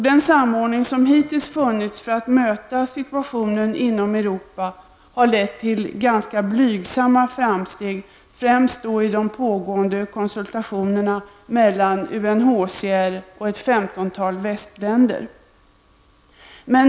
Den samordning som hittills funnits för att möta situationen inom Europa har lett till ganska blygsamma framsteg främst då i de pågående konsultationerna mellan UNHCR och ett femtontal västländer.